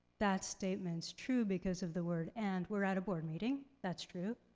that statement's true because of the word and. we're at a board meeting, that's true,